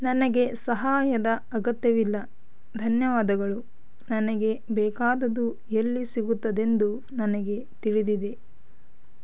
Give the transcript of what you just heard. ನನಗೆ ಸಹಾಯದ ಅಗತ್ಯವಿಲ್ಲ ಧನ್ಯವಾದಗಳು ನನಗೆ ಬೇಕಾದುದು ಎಲ್ಲಿ ಸಿಗುತ್ತದೆಂದು ನನಗೆ ತಿಳಿದಿದೆ